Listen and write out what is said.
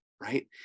right